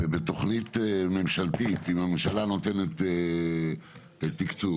בתוכנית ממשלתית אם הממשלה נותנת תקצוב,